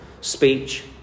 speech